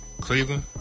Cleveland